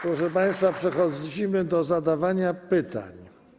Proszę państwa, przechodzimy do zadawania pytań.